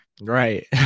Right